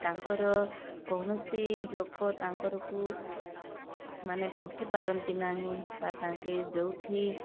ତାଙ୍କର କୌଣସି ଲୋକ ତାଙ୍କରକୁ ମାନେ ଠକି ପାରନ୍ତି ନାହିଁ ବା ତାଙ୍କେ ଯେଉଁଠି